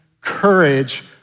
courage